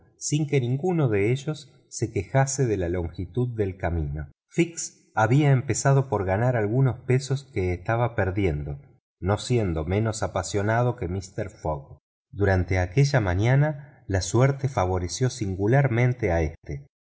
sin que ninguno de ellos se quejase de la longitud del camino fix había empezado por ganar algunas guineas que estaba perdiendo no siendo menos apasionado que mister fogg durante aquella mañana la suerte favoreció singularmente a éste